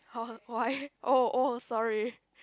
why oh oh sorry